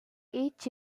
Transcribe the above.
each